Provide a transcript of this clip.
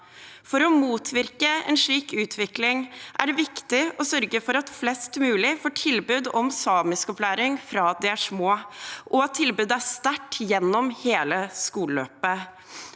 For å motvirke en slik utvikling er det viktig å sørge for at flest mulig får tilbud om samiskopplæring fra de er små, og at tilbudet er sterkt gjennom hele skoleløpet.